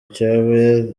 cyaba